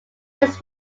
this